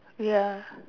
ya